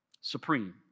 Supreme